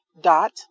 dot